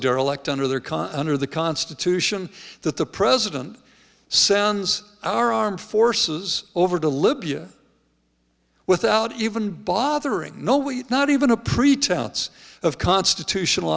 derelict under their cars under the constitution that the president sends our armed forces over to libya without even bothering no we not even a pretense of constitutional